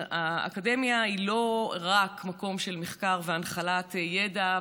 האקדמיה היא לא רק מקום של מחקר והנחלת ידע,